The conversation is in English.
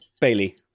Bailey